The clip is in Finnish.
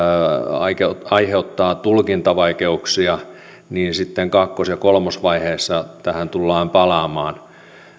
aiheuttaa aiheuttaa tulkintavaikeuksia niin sitten kakkos ja kolmosvaiheessa tähän tullaan palaamaan